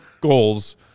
goals